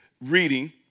reading